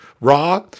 raw